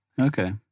Okay